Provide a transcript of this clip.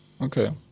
Okay